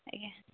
ଆଜ୍ଞା